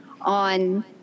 on